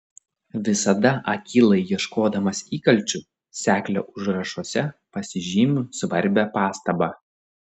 visada akylai ieškodamas įkalčių seklio užrašuose pasižymiu svarbią pastabą